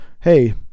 Hey